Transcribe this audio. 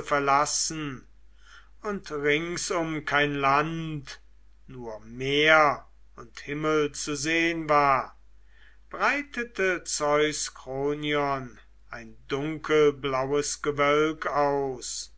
verlassen und ringsum kein land nur meer und himmel zu sehn war breitete zeus kronion ein dunkelblaues gewölk aus